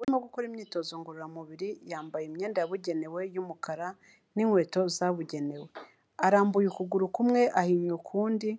Urimo gukora imyitozo ngororamubiri yambaye imyenda yabugenewe y'umukara n'inkweto zabugenewe, arambuye ukuguru kumwe ahinnye ukundi,